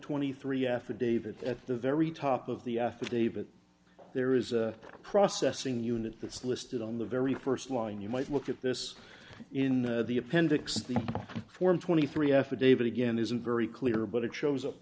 twenty three affidavit at the very top of the affidavit there is a processing unit that's listed on the very first line you might look at this in the appendix the form twenty three affidavit again isn't very clear but it shows up